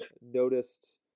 noticed